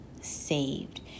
saved